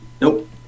Nope